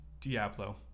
Diablo